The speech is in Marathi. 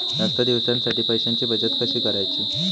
जास्त दिवसांसाठी पैशांची बचत कशी करायची?